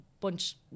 bunch